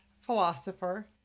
philosopher